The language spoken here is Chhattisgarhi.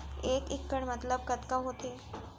एक इक्कड़ मतलब कतका होथे?